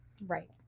Right